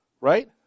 Right